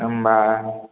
होम्बा